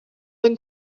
than